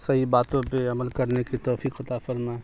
صحیح باتوں پہ عمل کرنے کی توفیق عطا فرمائے